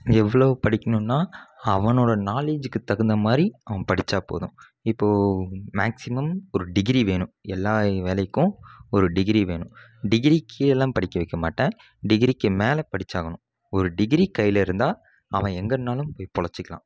எவ்வளோ படிக்கணும்னா அவனோட நாலேஜிக்கு தகுந்த மாதிரி அவன் படித்தா போதும் இப்போது மேக்ஸிமம் ஒரு டிகிரி வேணும் எல்லா வேலைக்கும் ஒரு டிகிரி வேணும் டிகிரி கீழெலாம் படிக்க வைக்க மாட்டேன் டிகிரிக்கு மேலே படித்தாகணும் ஒரு டிகிரி கையில் இருந்தால் அவன் எங்கேனாலும் போய் பிழச்சிக்கிலாம்